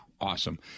awesome